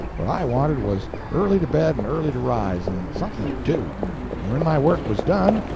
what i wanted was early to bed and early to rise, and something to do and when my work was done,